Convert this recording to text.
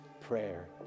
prayer